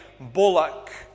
bullock